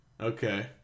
okay